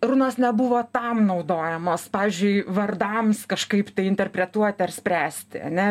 runos nebuvo tam naudojamos pavyzdžiui vardams kažkaip interpretuoti ar spręsti ane